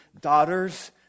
daughters